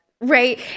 Right